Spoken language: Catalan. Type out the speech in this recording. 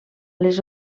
les